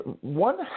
one